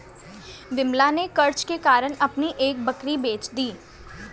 विमला ने कर्ज के कारण अपनी एक बकरी बेच दी